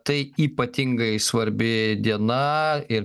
tai ypatingai svarbi diena ir